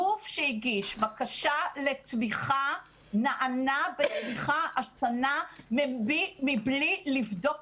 גוף שהגיש בקשה לתמיכה נענה בתמיכה השנה מבלי לבדוק